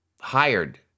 hired